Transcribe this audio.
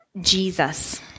Jesus